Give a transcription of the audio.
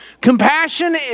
Compassion